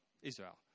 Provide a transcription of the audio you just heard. Israel